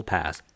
Pass